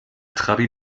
trabi